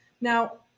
Now